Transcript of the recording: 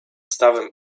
stawem